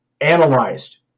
analyzed